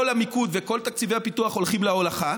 המיקוד וכל תקציבי הפיתוח הולכים להולכה,